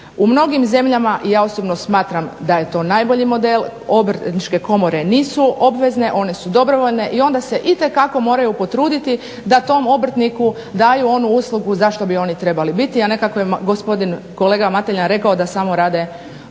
U mnogim zemljama i ja osobno smatram da je to najbolji model, obrtničke komore nisu obvezne, one su dobrovoljne i onda se itekako moraju potruditi da tom obrtniku daju onu uslugu za što bi oni trebali biti, a ne kako je gospodin Mateljan rekao da samo rade božićne